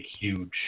huge